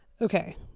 Okay